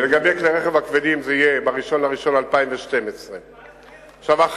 ולגבי כלי הרכב הכבדים זה יהיה ב-1 בינואר 2012. זאת מערכת אחרת,